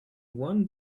one